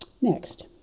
Next